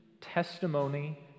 testimony